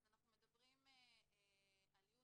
אז אנחנו מדברים על י',